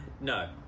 no